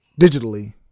digitally